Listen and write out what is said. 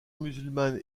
musulmane